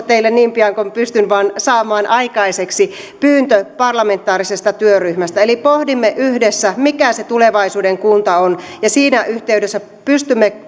teille niin pian kuin pystyn vain saamaan aikaiseksi pyyntö parlamentaarisesta työryhmästä eli pohdimme yhdessä mikä se tulevaisuuden kunta on ja siinä yhteydessä pystymme